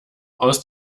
aus